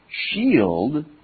shield